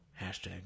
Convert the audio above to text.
hashtag